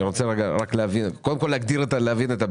אני רוצה קודם כול להבין את הבעיה.